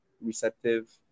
receptive